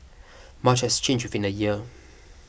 much has changed within a year